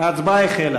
של חבר הכנסת